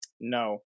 No